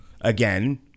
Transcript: again